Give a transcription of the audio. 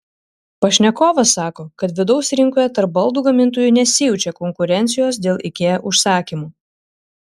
pašnekovas sako kad vidaus rinkoje tarp baldų gamintojų nesijaučia konkurencijos dėl ikea užsakymų